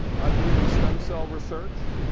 i believe in stem cell research.